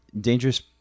dangerous